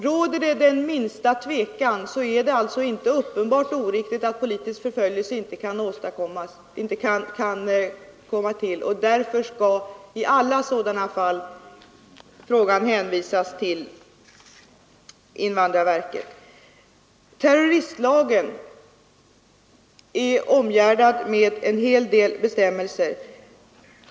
Råder det den minsta tvekan att uppgiften om politisk förföljelse inte är uppenbart oriktig, skall ärendet hänvisas till invandrarverket. Terroristlagen är omgärdad med en hel rad bestämmelser.